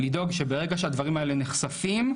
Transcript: לדאוג שברגע שהדברים האלה נחשפים,